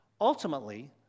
Ultimately